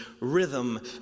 rhythm